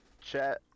chat